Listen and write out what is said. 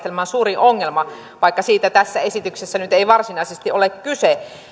meidän vaalijärjestelmämme suurin ongelma vaikka siitä tässä esityksessä nyt ei varsinaisesti ole kyse